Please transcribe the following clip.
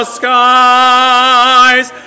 skies